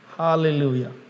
Hallelujah